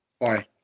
Bye